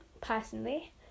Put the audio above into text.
personally